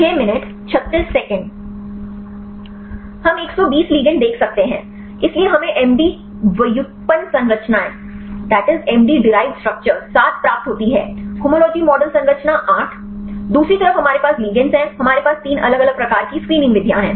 हम 120 लिगेंड देख सकते हैं इसलिए हमें एमडी व्युत्पन्न संरचनाएं 7 प्राप्त होती हैं होमोलॉजी मॉडल संरचना 8 दूसरी तरफ हमारे पास लिगेंड्स हैं हमारे पास तीन अलग अलग प्रकार की स्क्रीनिंग विधियाँ हैं